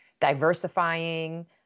diversifying